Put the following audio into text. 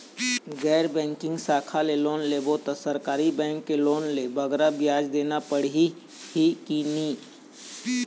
गैर बैंकिंग शाखा ले लोन लेबो ता सरकारी बैंक के लोन ले बगरा ब्याज देना पड़ही ही कि नहीं?